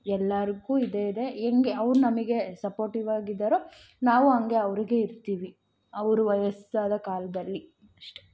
ಎಲ್ಲರ್ಗೂ ಇದ್ದೇ ಇದೆ ಹೆಂಗೆ ಅವ್ರು ನಮಗೆ ಸಪೋರ್ಟಿವಾಗಿದ್ದಾರೋ ನಾವೂ ಹಂಗೆ ಅವರಿಗೆ ಇರ್ತೀವಿ ಅವರು ವಯಸ್ಸಾದ ಕಾಲದಲ್ಲಿ ಅಷ್ಟೆ